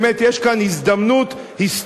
באמת יש כאן הזדמנות היסטורית,